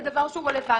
זה דבר שהוא רלבנטי.